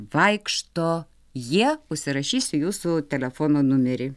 vaikšto jie užsirašysiu jūsų telefono numerį